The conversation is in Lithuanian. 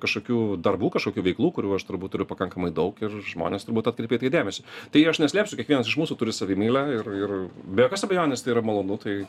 kažkokių darbų kažkokių veiklų kurių aš turbūt turiu pakankamai daug ir žmonės turbūt atkreipė į tai dėmesį tai aš neslėpsiu kiekvienas iš mūsų turi savimeilę ir ir be jokios abejonės tai yra malonu tai